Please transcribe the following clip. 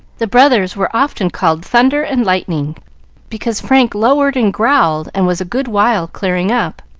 the brothers were often called thunder and lightning because frank lowered and growled and was a good while clearing up,